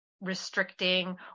restricting